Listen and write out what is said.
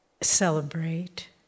celebrate